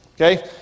Okay